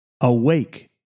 Awake